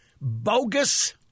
bogus